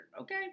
okay